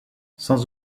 sans